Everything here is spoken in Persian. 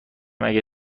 اگه